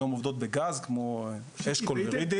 היום הן עובדות בגז כמו אשכול ורידינג.